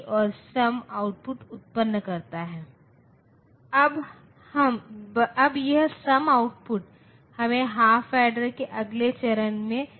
इसलिए यदि मुझे ऋणात्मक 44 का प्रतिनिधित्व करना है तो सबसे पहले मुझे करना होगा इसलिए प्लस 44 इसे 0101100 के रूप में दर्शाया गया है